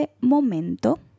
momento